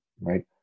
right